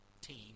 team